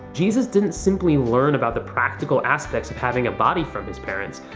jesus didn't simply learn about the practical aspects of having a body from his parents,